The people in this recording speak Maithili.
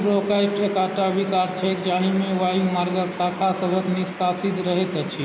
प्लास्टिक ब्रोङ्काइटिस एकटा विकार छैक जाहिमे वायुमार्गक शाखासभ निष्कासित रहैत अछि